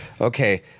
Okay